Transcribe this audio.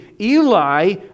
Eli